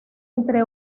entre